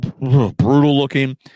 brutal-looking